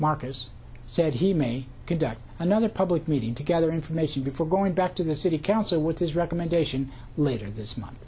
marker's said he may conduct another public meeting together information before going back to the city council with his recommendation later this month